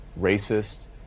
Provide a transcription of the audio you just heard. racist